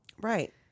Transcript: Right